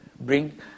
Bring